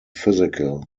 physical